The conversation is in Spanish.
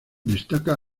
destaca